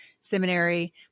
Seminary